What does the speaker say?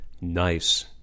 Nice